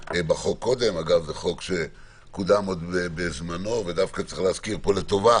אגב, זה חוק שקודם בשעתו וצריך להזכיר פה לטובה